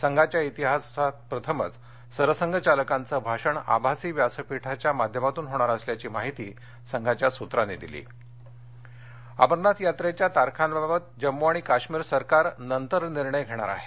संघाच्या प्रिहासात प्रथमच सरसंघचालकांचे भाषण आभासी व्यासपीठाच्या माध्यमातून होणार असल्याची माहिती संघाच्या सूत्रांनी दिली यात्रा अमरनाथ यात्रेच्या तारखांबाबत जम्मू आणि काश्मीर सरकार नंतर निर्णय घेणार आहे